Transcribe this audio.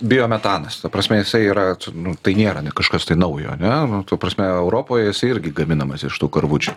biometanas ta prasme jisai yra nu tai nėra ane kažkas tai naujo ane nu ta prasme europoj jisai irgi gaminamas iš tų karvučių